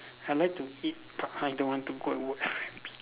I like to eat but I don't want to go and work F&B